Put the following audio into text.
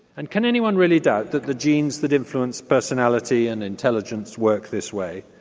and can anyone really doubt that the genes that influence personality and intelligence work this way,